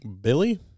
Billy